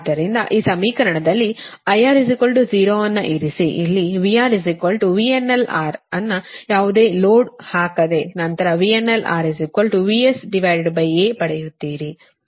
ಆದ್ದರಿಂದ ಈ ಸಮೀಕರಣದಲ್ಲಿ IR 0 ಅನ್ನು ಇರಿಸಿ ಮತ್ತು ಇಲ್ಲಿ VR VRNL ಅನ್ನು ಯಾವುದೇ ಲೋಡ್ ಅನ್ನು ಹಾಕದೆ ನಂತರ VRNL VSA ಪಡೆಯುತ್ತೀರಿ ಇದು ಸಮೀಕರಣ 8 ಸರಿನಾ